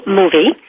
movie